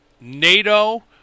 NATO